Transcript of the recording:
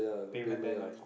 payment deadlines